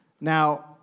Now